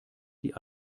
die